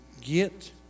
get